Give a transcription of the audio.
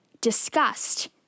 disgust